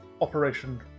operation